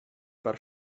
per